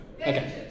Okay